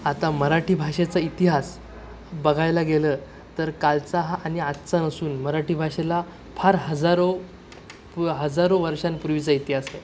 आता मराठी भाषेचा इतिहास बघायला गेलं तर कालचा हा आणि आजचा नसून मराठी भाषेला फार हजारो हजारो वर्षांपूर्वीचा इतिहास आहे